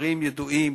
הדברים ידועים,